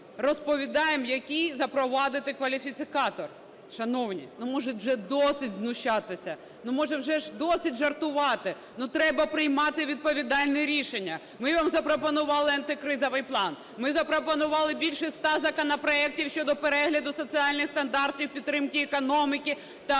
розповідаємо, який запровадити кваліфікатор. Шановні, ну, може вже досить знущатися? Ну, може, вже досить жартувати? Ну, треба приймати відповідальне рішення. Ми вам запропонували антикризовий план, ми запропонували більше ста законопроектів щодо перегляду соціальних стандартів, підтримки економіки та зупинки